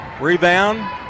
Rebound